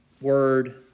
word